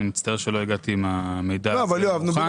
אני מצטער שלא הגעתי עם המידע הזה מוכן.